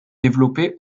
développer